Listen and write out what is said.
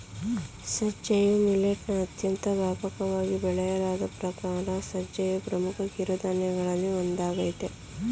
ಸಜ್ಜೆಯು ಮಿಲಿಟ್ನ ಅತ್ಯಂತ ವ್ಯಾಪಕವಾಗಿ ಬೆಳೆಯಲಾದ ಪ್ರಕಾರ ಸಜ್ಜೆಯು ಪ್ರಮುಖ ಕಿರುಧಾನ್ಯಗಳಲ್ಲಿ ಒಂದಾಗಯ್ತೆ